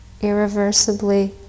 irreversibly